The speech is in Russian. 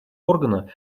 органа